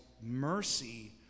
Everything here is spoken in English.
mercy